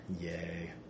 Yay